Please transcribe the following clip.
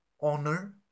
honor